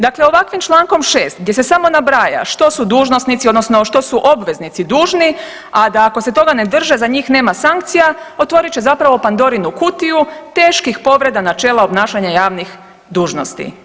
Dakle ovakvim čl.6 gdje se samo nabraja što su dužnosnici, odnosno što su obveznici dužni, a da ako se toga ne drže za njih nema sankcija otvorit će zapravo Pandorinu kutiju teških povreda načela obnašanja javnih dužnosti.